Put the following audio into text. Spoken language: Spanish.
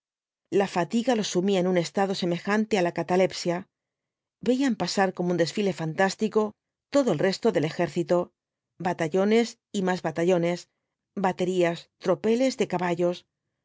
la fatiga los sumía en un estado semejante á la catalepsia veían pasar como un desfile fantástico todo el resto del ejército batallones y más batallones baterías tropeles de caballos